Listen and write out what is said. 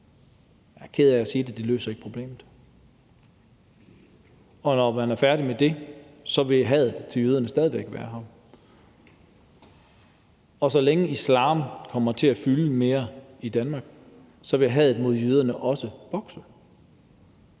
Jeg er ked af at sige det: Det løser ikke problemet. Når man er færdig med det, vil hadet til jøderne stadig væk være her. Så længe islam kommer til at fylde mere i Danmark, vil hadet mod jøderne også vokse,